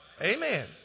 Amen